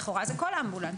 לכאורה זה כל אמבולנס.